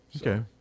okay